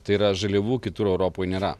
tai yra žaliavų kitur europoj nėra